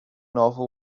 novel